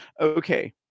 okay